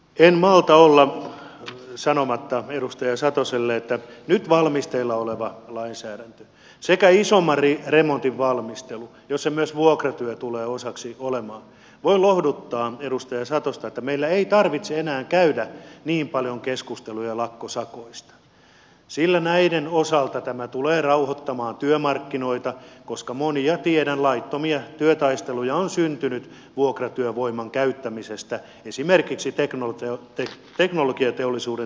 en malta olla sanomatta edustaja satoselle että nyt valmisteilla olevan lainsäädännön sekä sen isomman remontin valmistelun ansiosta jossa myös vuokratyö tulee osaksi olemaan voin lohduttaa edustaja satosta että meillä ei tarvitse enää käydä niin paljon keskusteluja lakkosakoista sillä näiden osalta tämä tulee rauhoittamaan työmarkkinoita koska monia tiedän laittomia työtaisteluja on syntynyt vuokratyövoiman käyttämisestä esimerkiksi teknologiateollisuuden työehtosopimusalalla